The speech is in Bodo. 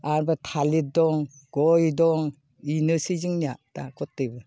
आरोबाव थालिर दं गय दं बेनोसै जोंनिया दा गथैबो